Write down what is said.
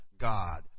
God